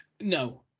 No